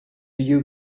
you